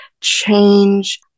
change